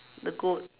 the goat